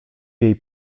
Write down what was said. jej